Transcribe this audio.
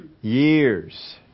Years